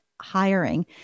hiring